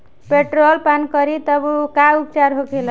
Petrol पान करी तब का उपचार होखेला?